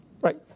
right